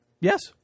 Yes